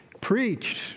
Preached